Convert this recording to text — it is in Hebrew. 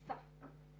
כמה שיותר מהר,